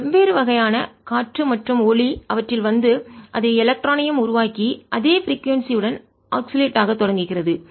வெவ்வேறு வகையான காற்று மற்றும் ஒளி அவற்றில் வந்து அது எலக்ட்ரானையும் உருவாக்கி அதே பிரிகோய்ன்ஸி அதிர்வெண் உடன் ஆக்சிலேட் ஊசலாட ஆக தொடங்குகிறது